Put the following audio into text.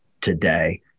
today